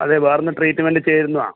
അതെ വേറെയൊന്ന് ട്രീറ്റ്മെൻ്റ് ചെയ്തിരുന്നുവോ